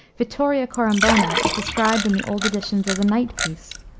vittoria corombona is described in the old editions as a night-piece,